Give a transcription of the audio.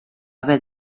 haver